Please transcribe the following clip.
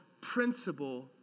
principle